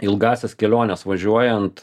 ilgąsias keliones važiuojant